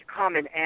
common